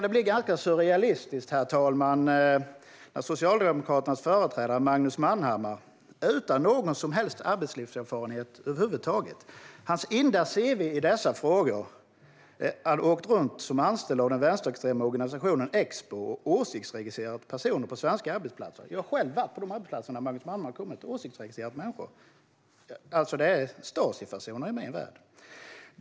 Det blir lite surrealistiskt om man tänker på att Socialdemokraternas företrädare Magnus Manhammar inte har någon som helst arbetslivserfarenhet över huvud taget. Hans enda cv i dessa frågor handlar om att han har åkt runt som anställd av den vänsterextrema organisationen Expo och åsiktsregistrerat personer på svenska arbetsplatser. Jag har själv varit på arbetsplatser dit Magnus Manhammar kommit för att åsiktsregistrera människor. I min värld är detta Stasifasoner.